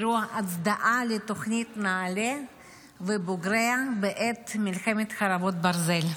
אירוע הצדעה לתוכנית נעל"ה ובוגריה בעת מלחמת חרבות ברזל.